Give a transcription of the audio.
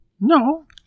No